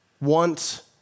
want